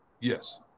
Yes